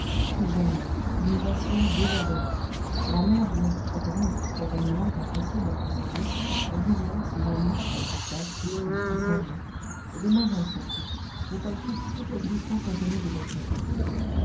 j'aime l'eau d'une passion désordonnée la mer bien que trop grande trop remuante impossible à posséder les rivières si jolies mais qui passent qui fuient qui s'en vont et les marais surtout où palpite toute l'existence inconnue des bêtes aquatiques